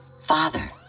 Father